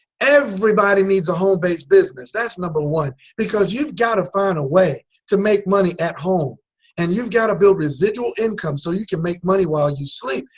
everybody needs a homebased business that's number one because you've got to find a way to make money at home and you've got to build residual income so you can make money while you sleep.